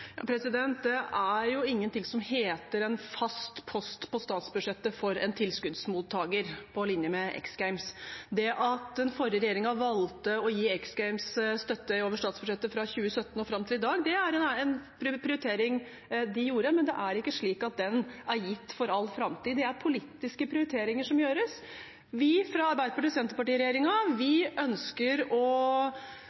Det er ingenting som heter en fast post på statsbudsjettet for en tilskuddsmottaker på linje med X Games. Det at den forrige regjeringen valgte å gi X Games støtte over statsbudsjettet fra 2017 og fram til i dag, er en prioritering de gjorde, men det er ikke slik at den er gitt for all framtid. Det er politiske prioriteringer som gjøres. Vi fra Arbeiderparti–Senterparti-regjeringen ønsker å støtte opp om den egenorganiserte idretten for barn og